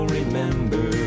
remember